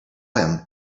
him